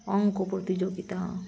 অঙ্ক প্রতিযোগিতা